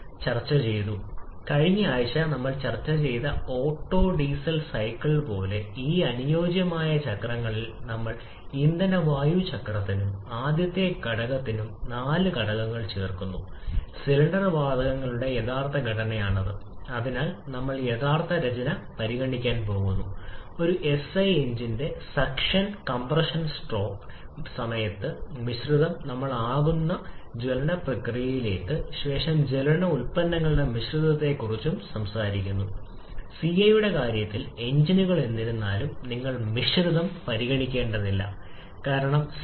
ഇപ്പോൾ നിങ്ങൾ ഒരു നിശ്ചിത അളവിലുള്ള energy ർജ്ജം നൽകുന്നുവെങ്കിൽ അനുയോജ്യമായത് പ്രക്രിയ 𝑞𝑖𝑛 𝑐𝑣𝑇3 − 𝑇2 യഥാർത്ഥ പ്രക്രിയയിൽ ഇതിനകം തന്നെ പോയിന്റ് 2 ലേക്ക് നമ്മൾ ഇറങ്ങിയിരിക്കുന്നു ക്വിൻ അതേപടി തുടരുന്നു എന്നാൽ ഇവിടെ 𝑐𝑣𝑇3 − 𝑇2′ നമ്മൾ ഇതിനകം പോയിന്റ് 2 ലേക്ക് ഇറങ്ങിയിരിക്കുന്നു അത് ഏത് താപനിലയിലും ചൂട് കൂടുന്ന സമയത്തും സിവി താപനിലയോടൊപ്പം ഇനിയും വർദ്ധിക്കുകയും അതുവഴി ഈ സ്ഥലത്ത് കൂടുതൽ കുറവുണ്ടാകുകയും ചെയ്യും of 3 ' ചൂട് കൂട്ടൽ പ്രക്രിയ തുടരുകയും ഇവിടെ എവിടെയെങ്കിലും അവസാനിക്കുകയും ചെയ്യാം 3'